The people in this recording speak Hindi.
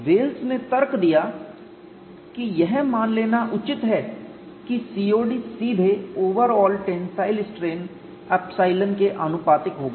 वेल्स ने तर्क दिया कि यह मान लेना उचित है कि COD सीधे ओवरऑल टेंसाइल स्ट्रेन ϵ के आनुपातिक होगा